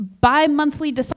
bi-monthly